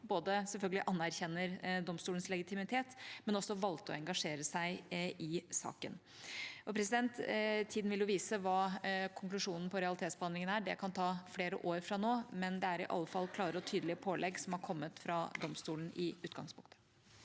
ved at de anerkjenner domstolens legitimitet, og ved det at de valgte å engasjere seg i saken. Tida vil vise hva konklusjonen på realitetsbehandlingen blir – det kan ta flere år fra nå – men det er iallfall klare og tydelige pålegg som har kommet fra domstolen i utgangspunktet.